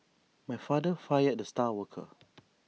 my father fired the star worker